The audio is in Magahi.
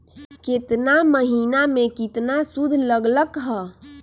केतना महीना में कितना शुध लग लक ह?